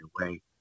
away